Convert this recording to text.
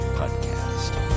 podcast